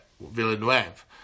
Villeneuve